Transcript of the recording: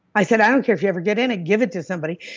i said, i don't care if you ever get in it. give it to somebody,